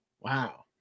wow